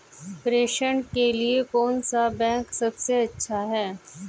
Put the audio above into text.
प्रेषण के लिए कौन सा बैंक सबसे अच्छा है?